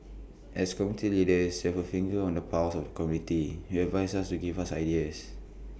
as community leaders you have A finger on the pulse of the community you advise us to give us ideas